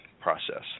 process